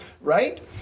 right